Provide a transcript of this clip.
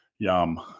Yum